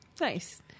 Nice